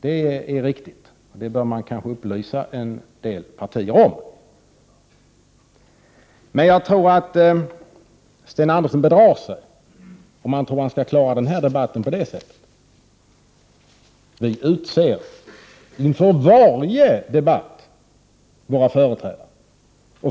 Det är riktigt, och det bör man kanske upplysa en del partier om. Men jag tror att Sten Andersson bedrar sig, om han tror att han skall kunna klara den här debatten på det där sättet. Vi utser inför varje debatt våra företrädare.